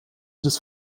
des